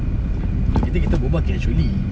untuk kita kita berbual casually